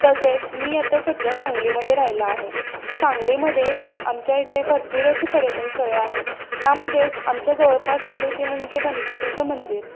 तसेच मी आता सध्या सांगलीमध्ये राहायला आहे सांगलीमध्ये आमच्या इथे भरपूर असे पर्यटन स्थळे आहे त्यामध्येच आमच्या जवळपास आहे ते म्हणजे गणपतीचं मंदिर